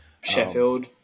Sheffield